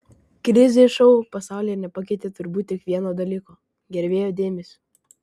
krizė šou pasaulyje nepakeitė turbūt tik vieno dalyko gerbėjų dėmesio